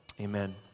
amen